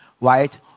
right